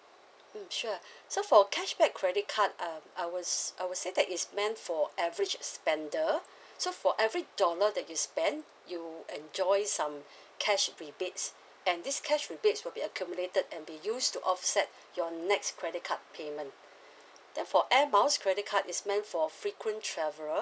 mm sure so for cashback credit card um I would I would say that is meant for average spender so for every dollar that you spend you enjoy some cash rebates and this cash rebates will be accumulated and be used to offset your next credit card payment therefore air miles credit card is meant for frequent traveller